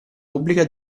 pubblica